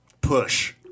Push